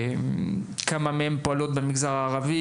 כמה מהן פועלות במגזר הערבי?